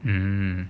err